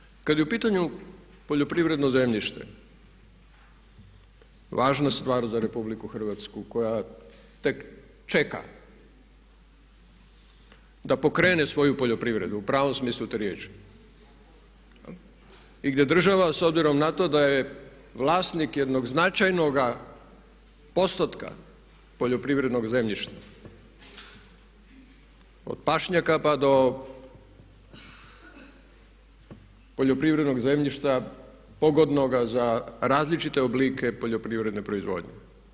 Treću stvar, kada je u pitanju poljoprivredno zemljište, važna stvar za RH koja tek čeka da pokrene svoju poljoprivredu u pravom smislu te riječi i gdje država s obzirom na to da je vlasnik jednog značajnoga postotka poljoprivrednog zemljišta od pašnjaka pa do poljoprivrednog zemljišta pogodnoga za različite oblike poljoprivredne proizvodnje.